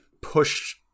push